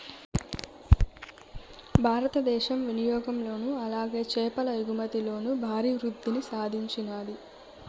భారతదేశం వినియాగంలోను అలాగే చేపల ఎగుమతిలోను భారీ వృద్దిని సాధించినాది